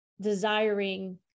desiring